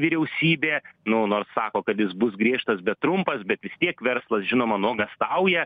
vyriausybė nu nors sako kad jis bus griežtas bet trumpas bet vis tiek verslas žinoma nuogąstauja